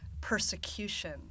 persecution